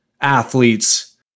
athletes